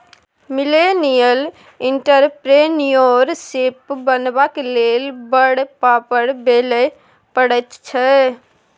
millennial entrepreneurship बनबाक लेल बड़ पापड़ बेलय पड़ैत छै